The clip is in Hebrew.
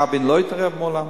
רבין לא התערב מעולם.